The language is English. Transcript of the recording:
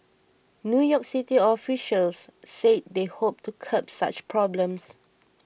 New York City officials said they hoped to curb such problems